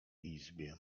izbie